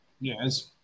yes